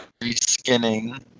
reskinning